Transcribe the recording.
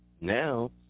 Now